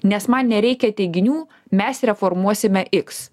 nes man nereikia teiginių mes reformuosime iks